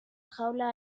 jaula